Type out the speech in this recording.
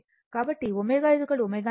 కాబట్టి ω ω0 వద్ద BC BL Y G